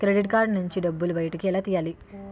Credit card నుంచి డబ్బు బయటకు ఎలా తెయ్యలి?